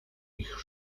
ich